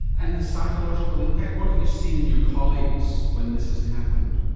and the psychological impact? what have you seen in your colleagues when this has happened?